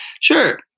Sure